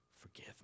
forgive